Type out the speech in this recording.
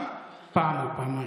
פעם או פעמיים.